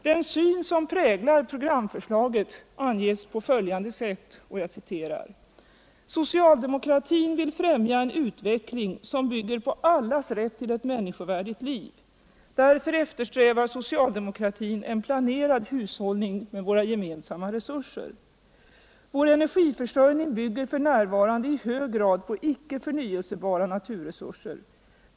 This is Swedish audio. Den syn som präglar programförslaget anges på följande sätt: "Socialdemokratin vill främja en utveckling som bygger på allas rätt till ett människovärdigt liv. Därför eftersträvar socialdemokratin en planerad hushållning med våra gemensamma tullgångar. Vår energiförsörjning bygger f.n. i hög grad på icke förnyelsebara naturresurser.